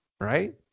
right